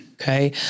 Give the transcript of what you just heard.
okay